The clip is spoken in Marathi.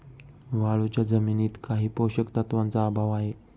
वाळूच्या जमिनीत काही पोषक तत्वांचा अभाव आहे